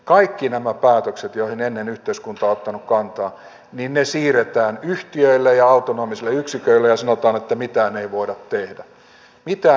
kaikki nämä päätökset joihin ennen yhteiskunta on ottanut kantaa siirretään yhtiöille ja autonomisille yksiköille ja sanotaan että mitään ei voida tehdä mitään ei voida tehdä